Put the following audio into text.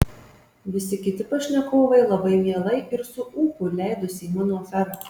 visi kiti pašnekovai labai mielai ir su ūpu leidosi į mano aferą